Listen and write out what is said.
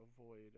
avoid